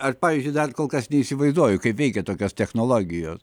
aš pavyzdžiui dar kol kas neįsivaizduoju kaip veikia tokios technologijos